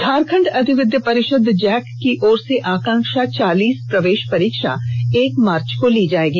झारखंड अधिविध परिषद जैक की ओर से आकांक्षा चालीस प्रवेश परीक्षा एक मार्च को ली जाएगी